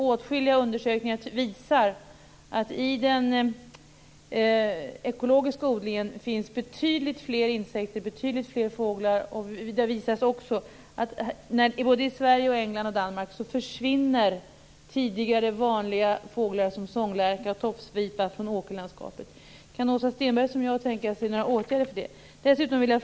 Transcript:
Åtskilliga undersökningar visar att det i den ekologiska odlingen finns betydligt fler insekter och betydligt fler fåglar. Det har också visat sig i både Sverige, England och Danmark att tidigare vanliga fåglar som sånglärka och tofsvipa försvinner från åkerlandskapet. Kan Åsa Stenberg som jag tänka sig några åtgärder på grund av det?